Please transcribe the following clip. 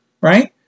right